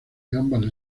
ambas